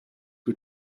who